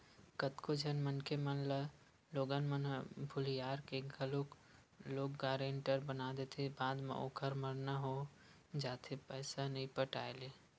कतको झन मनखे मन ल लोगन मन ह भुलियार के घलोक लोन गारेंटर बना देथे बाद म ओखर मरना हो जाथे पइसा नइ पटाय ले